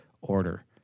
order